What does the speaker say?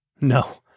No